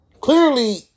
Clearly